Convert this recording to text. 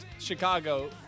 Chicago